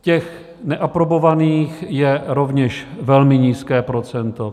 Těch neaprobovaných je rovněž velmi nízké procento.